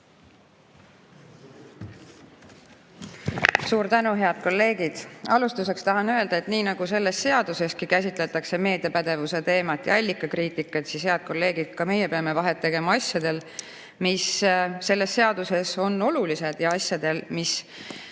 Suur tänu! Head kolleegid! Alustuseks tahan öelda, et nii nagu selles seaduseski käsitletakse meediapädevuse teemat ja allikakriitikat, siis, head kolleegid, ka meie peame vahet tegema asjadel, mis selles seaduses on olulised, ja asjadel, mida